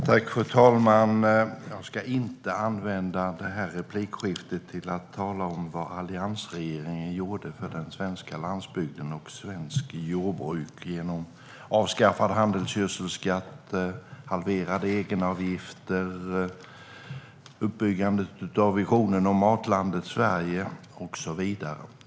Fru talman! Jag ska inte använda det här replikskiftet till att tala om vad alliansregeringen gjorde för den svenska landsbygden och svenskt jordbruk genom avskaffandet av handelsgödselskatt, halverade egenavgifter, uppbyggandet av visionen om Matlandet Sverige och så vidare.